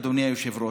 אדוני היושב-ראש.